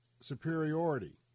superiority